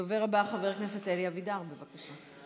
הדובר הבא, חבר הכנסת אלי אבידר, בבקשה.